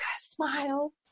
smile